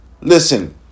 listen